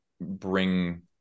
bring